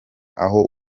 aho